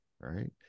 right